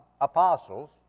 apostles